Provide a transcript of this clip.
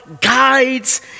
guides